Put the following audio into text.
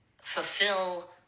fulfill